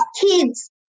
kids